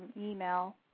email